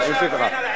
כן, אני אוסיף לך.